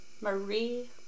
Marie